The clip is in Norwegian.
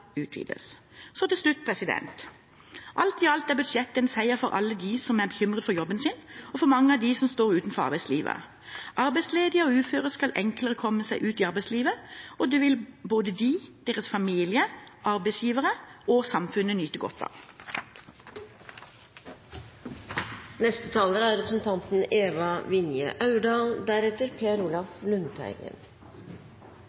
utvides. Så til slutt: Alt i alt er budsjettet en seier for alle dem som er bekymret for jobben sin, og for mange av dem som står utenfor arbeidslivet. Arbeidsledige og uføre skal enklere komme seg ut i arbeidslivet, og det vil både de, deres familie, arbeidsgivere og samfunnet nyte godt av. Landet vårt er